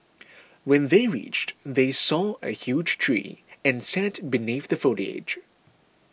when they reached they saw a huge tree and sat beneath the foliage